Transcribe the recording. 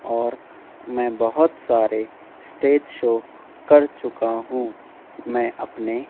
اور میں بہت سارے اسٹیج شو کر چکا ہوں میں اپنے